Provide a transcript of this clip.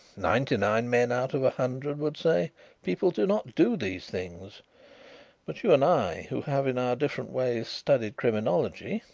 ninety-nine men out of a hundred would say people do not do these things but you and i, who have in our different ways studied criminology,